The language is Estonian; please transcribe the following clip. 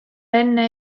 enne